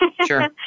Sure